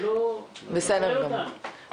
אף